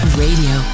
radio